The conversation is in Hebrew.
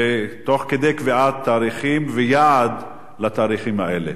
תוך קביעת תאריכים ויעד לתאריכים האלה.